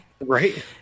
Right